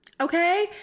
okay